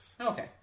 Okay